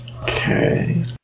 Okay